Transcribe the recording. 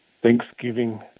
Thanksgiving